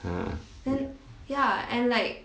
ha ah